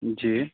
जी